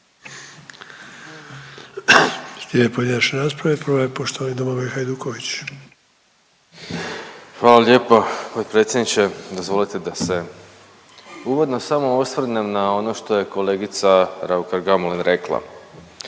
Hvala lijepa potpredsjedniče. Dozvolite da se uvodno samo osvrnem na ono što je kolegica Raukar Gamulin rekla.